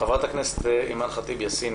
חברת הכנסת אימאן ח'טיב-יאסין,